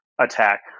attack